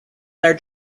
their